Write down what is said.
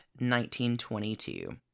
1922